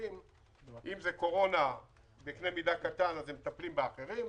אם זה קורונה בקנה מידה קטן, הם מטפלים באחרים,